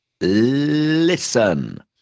listen